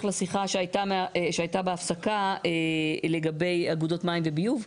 לשיחה שהייתה בהפסקה לגבי אגודות מים וביוב,